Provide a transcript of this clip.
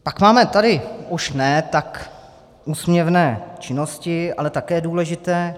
Pak máme tady už ne tak úsměvné činnosti, ale také důležité.